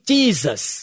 Jesus